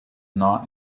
not